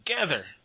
together